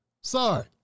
Sorry